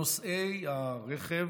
נוסעי הרכב,